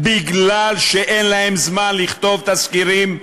מפני שאין להן זמן לכתוב תסקירים,